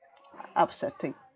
upsetting